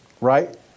Right